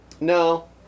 No